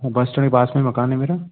वह bus stand के पास में मकान है मेरा